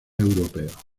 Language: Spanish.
europeos